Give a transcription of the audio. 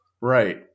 Right